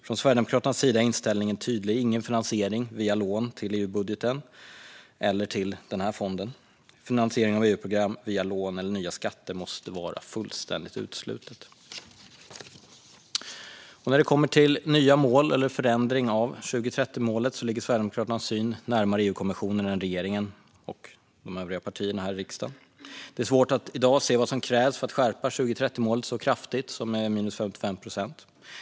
Från Sverigedemokraternas sida är inställningen tydlig: ingen finansiering via lån till EU-budgeten eller till denna fond. Finansiering av EU-program via lån eller nya skatter måste vara fullständigt uteslutet. När det kommer till nya mål eller förändring av 2030-målet ligger Sverigedemokraternas syn närmare EU-kommissionens än regeringens och den syn som de övriga partierna här i riksdagen har. Det är svårt att i dag se vad som krävs för att skärpa 2030-målet så kraftigt som med 55 procent.